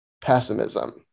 pessimism